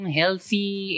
healthy